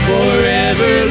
Forever